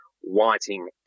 Whiting